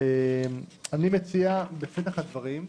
בפתח הדברים,